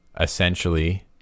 essentially